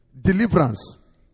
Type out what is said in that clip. deliverance